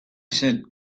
said